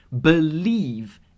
believe